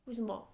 为什么